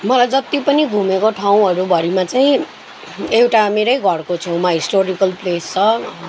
मलाई जत्ति पनि घुमेको ठाउँहरू भरिमा चाहिँ एउटा मेरै घरको छेउमा हिस्टोरिकल प्लेस छ